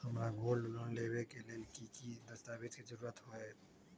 हमरा gold loan लेबे के लेल कि कि दस्ताबेज के जरूरत होयेत?